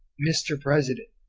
mr. president,